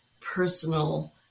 personal